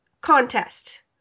contest